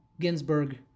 Ginsburg